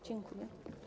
Dziękuję.